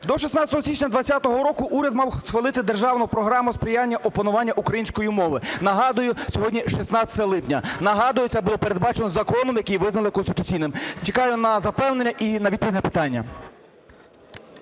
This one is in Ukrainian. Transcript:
До 16 січня 20-го року уряд мав схвалити державну програму сприяння опанування української мови. Нагадую, сьогодні 16 липня, нагадую, це було передбачено законом, який визнали конституційним. Чекаю на запевнення і на відповідь на питання.